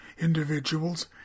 individuals